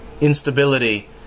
Instability